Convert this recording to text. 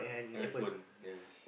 iPhone yes